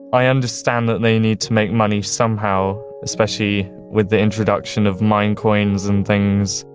i understand that they need to make money somehow, especially with the introduction of minecoins and things,